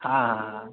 हँ